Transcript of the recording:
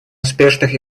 успешных